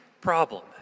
problem